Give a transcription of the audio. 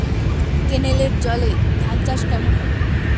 কেনেলের জলে ধানচাষ কেমন হবে?